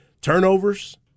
turnovers